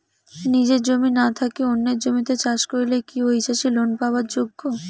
নিজের জমি না থাকি অন্যের জমিত চাষ করিলে কি ঐ চাষী লোন পাবার যোগ্য?